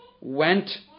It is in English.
went